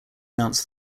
mounts